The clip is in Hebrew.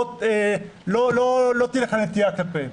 לא תהיה לך נטייה כלפיהם.